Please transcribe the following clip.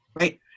right